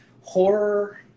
horror